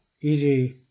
easy